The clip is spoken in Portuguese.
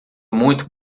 muito